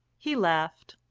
he laughed.